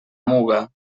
muga